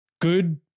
good